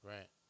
Right